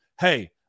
Hey